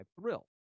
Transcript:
Thrill